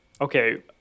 Okay